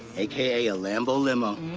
aka a lambo limo,